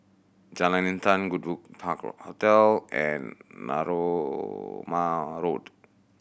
Jalan Intan Goodwood Park Hotel and Narooma Road